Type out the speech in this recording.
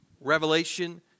Revelation